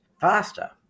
faster